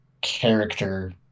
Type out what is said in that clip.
character